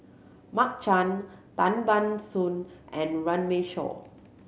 Mark Chan Tan Ban Soon and Runme Shaw